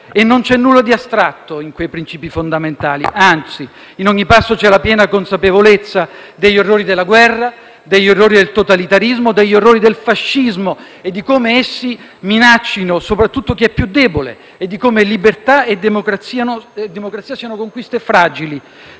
E non c'è nulla di astratto in quei princìpi fondamentali; anzi, in ogni passo c'è la piena consapevolezza degli orrori della guerra, degli orrori del totalitarismo, degli orrori del fascismo, di come essi minaccino soprattutto chi è più debole e di come libertà e democrazia siano conquiste fragili,